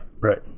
right